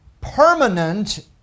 permanent